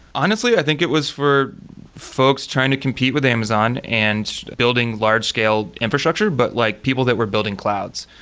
honestly, i think it was for folks trying to compete with amazon and building large-scale infrastructure, but like people that were building clouds.